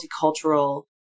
multicultural